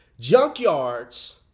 junkyards